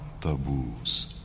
taboos